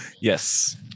Yes